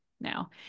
now